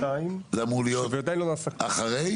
אמור להיות אחרי?